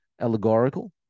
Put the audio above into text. allegorical